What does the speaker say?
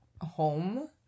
home